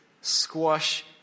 squash